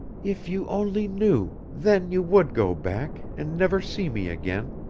if you only knew then you would go back, and never see me again.